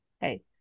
Hey